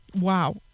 Wow